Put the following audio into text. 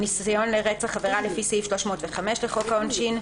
"ניסיון לרצח" עבירה לפי סעיף 305 לחוק העונשין,